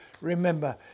Remember